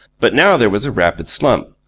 but now there was a rapid slump.